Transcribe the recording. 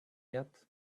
yet